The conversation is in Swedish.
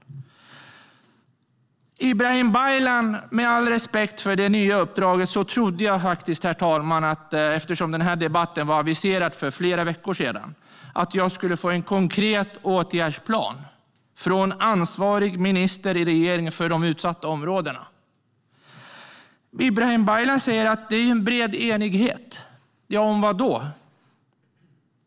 Jag trodde, Ibrahim Baylan, med all respekt för det nya uppdraget, att jag skulle få en konkret åtgärdsplan från ansvarig minister i regeringen för de utsatta områdena, eftersom den här debatten aviserades för flera veckor sedan. Ibrahim Baylan säger att det är en bred enighet. Om vadå?